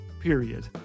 period